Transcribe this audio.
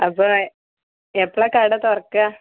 അപ്പോൾ എപ്പളാണ് കട തുറക്കുക